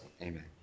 amen